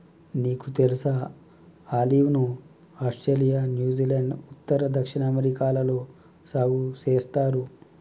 నీకు తెలుసా ఆలివ్ ను ఆస్ట్రేలియా, న్యూజిలాండ్, ఉత్తర, దక్షిణ అమెరికాలలో సాగు సేస్తారు